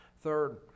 Third